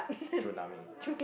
tsunami